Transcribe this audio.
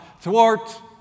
thwart